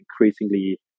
increasingly